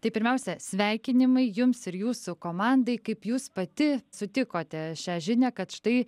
tai pirmiausia sveikinimai jums ir jūsų komandai kaip jūs pati sutikote šią žinią kad štai